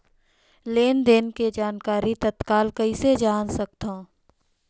लेन देन के जानकारी तत्काल कइसे जान सकथव?